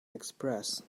express